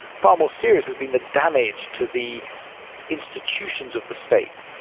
far more serious has been the damage to the institutions of the state,